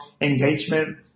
engagement